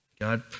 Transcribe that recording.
God